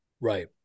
Right